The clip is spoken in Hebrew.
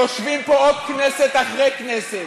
יושבות פה כנסת אחרי כנסת.